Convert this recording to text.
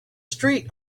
street